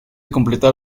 completar